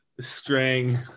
string